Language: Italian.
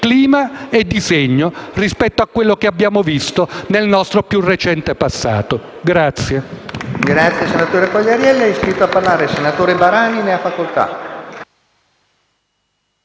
clima e di segno rispetto a quello che abbiamo visto nel nostro più recente passato.